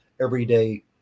everyday